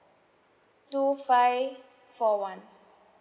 two five four one